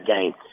game